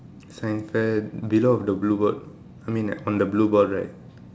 science fair below of the blue board I mean right on the blue board right